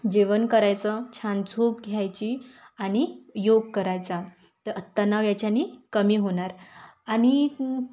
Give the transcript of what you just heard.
जेवण करायचं छान झोप घ्यायची आणि योग करायचा तर तणाव याच्याने कमी होणार आणि